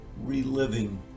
reliving